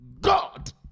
God